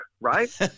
right